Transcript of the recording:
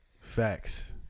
Facts